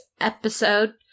episode